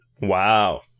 Wow